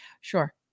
sure